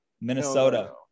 Minnesota